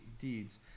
deeds